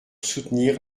soutenir